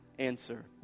answer